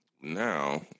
Now